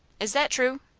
is that true?